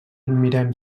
mirem